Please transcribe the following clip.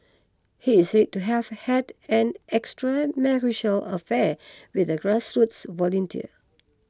he is said to have had an extramarital affair with a grassroots volunteer